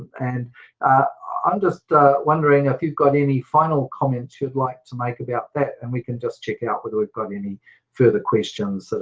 and i'm just wondering if you've got any final comments you'd like to make about that, and we can just check out whether we've got any further questions.